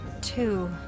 two